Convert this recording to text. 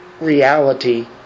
reality